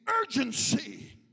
urgency